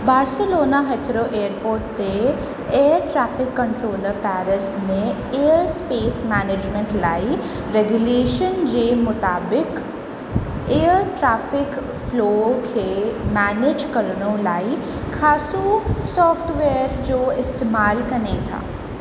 Barcelona Heathrow airport ते air traffic controller Paris में air space management लाइ regulation जे मुताबाकु एयर ट्रैफिक फ्लो खे मैनेज करण लाइ ख़ासि सॉफ्टवेयर जो इस्तेमाल कनि था